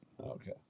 okay